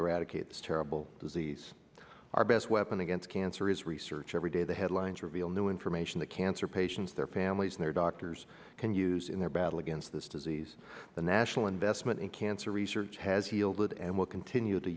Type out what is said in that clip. eradicate this terrible disease our best weapon against cancer is research every day the headlines reveal new information that cancer patients their families and their doctors can use in their battle against this disease the national investment in cancer research has yielded and will continue to